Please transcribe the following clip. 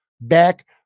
back